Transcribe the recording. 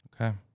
Okay